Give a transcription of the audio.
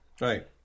right